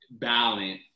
balance